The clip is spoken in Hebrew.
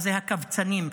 וזה הקבצנים,